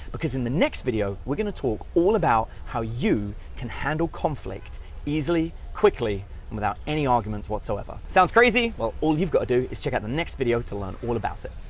because in the next video, we're gonna talk all about how you can handle conflict easily, quickly, and without any arguments whatsoever. sounds crazy, well all you've gotta do, is check out the next video to learn all about it.